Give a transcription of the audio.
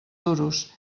duros